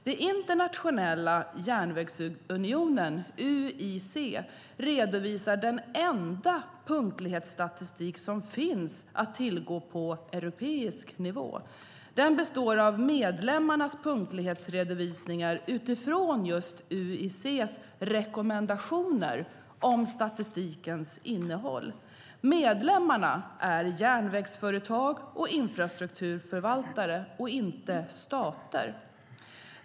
Den internationella järnvägsunionen UIC redovisar den enda punktlighetsstatistik som finns att tillgå på europeisk nivå. Den består av medlemmarnas punktlighetsredovisningar utifrån just UIC:s rekommendationer om statistikens innehåll. Medlemmarna är järnvägsföretag och infrastrukturförvaltare och inte stater.